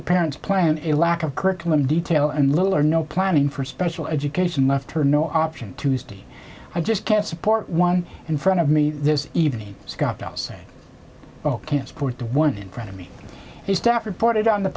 the parents plan a lack of curriculum detail and little or no planning for special education left her no option tuesday i just can't support one in front of me this evening scott i'll say can support the one in front of me his staff reported on the